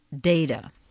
data